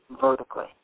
vertically